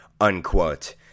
unquote